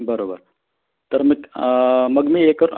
बरोबर तर मग मग मी हे कर